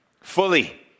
fully